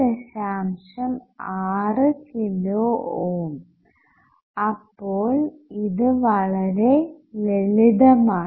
6 kilo ohm അപ്പോൾ ഇത് വളരെ ലളിതമാണ്